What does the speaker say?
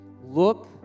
look